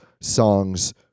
songs